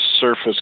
surface